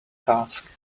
task